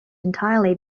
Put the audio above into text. entirely